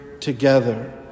together